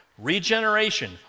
Regeneration